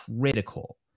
critical